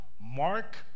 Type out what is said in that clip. Mark